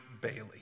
Bailey